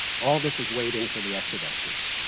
all of this is waiting for the exodusters.